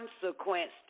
consequence